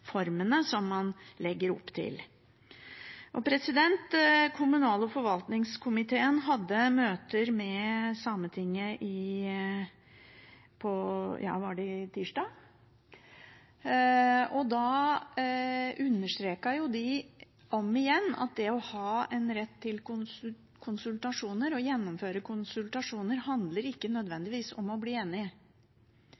som man legger opp til. Kommunal- og forvaltningskomiteen hadde møter med Sametinget på tirsdag – tror jeg det var – og da understreket de om igjen at det å ha en rett til konsultasjoner og gjennomføre konsultasjoner ikke nødvendigvis handler